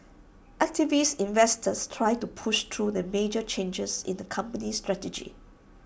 activist investors try to push through the major changes in the company strategy